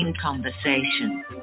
conversation